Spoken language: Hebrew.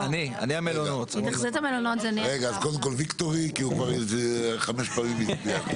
קודם כול, "ויקטורי" כי הוא כבר כחמש פעמים ביקש.